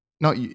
No